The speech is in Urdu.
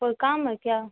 کوئی کام ہے کیا